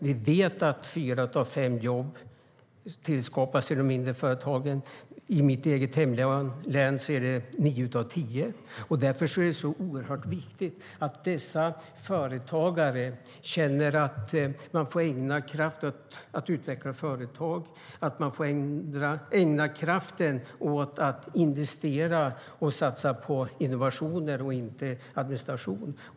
Vi vet att fyra av fem jobb skapas i de mindre företagen; i mitt hemlän är det nio av tio. Därför är det oerhört viktigt att dessa företagare känner att de får ägna kraften åt att utveckla företag, investera och satsa på innovationer i stället för åt administration.